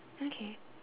okay